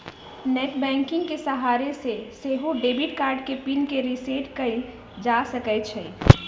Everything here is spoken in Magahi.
नेट बैंकिंग के सहारे से सेहो डेबिट कार्ड के पिन के रिसेट कएल जा सकै छइ